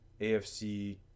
afc